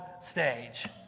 stage